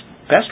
best